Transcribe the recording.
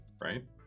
right